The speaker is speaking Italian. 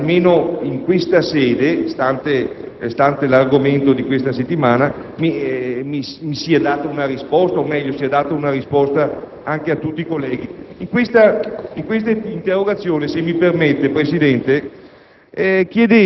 che, almeno in questa sede, stante l'argomento di questa settimana, mi sia data una risposta o, meglio, sia data una risposta a tutti i colleghi. In questa interrogazione chiedevo se